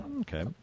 Okay